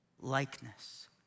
likeness